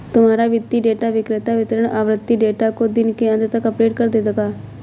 तुम्हारा वित्तीय डेटा विक्रेता वितरण आवृति डेटा को दिन के अंत तक अपडेट कर देगा